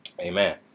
Amen